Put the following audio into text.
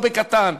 לא בקטן,